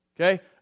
Okay